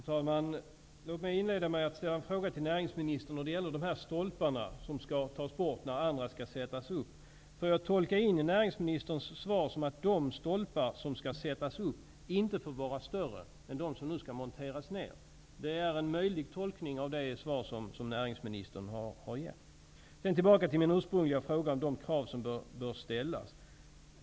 Fru talman! Låt mig inleda med att ställa en fråga till näringsministern när det gäller de stolpar som skall tas bort när andra skall sättas upp. Får jag tolka näringsministerns svar så, att de stolpar som skall sättas upp inte får vara större än de som nu skall monteras ned? Det är en möjlig tolkning av det svar som näringsministern har givit. Så tillbaka till min ursprungliga fråga om de krav som bör ställas.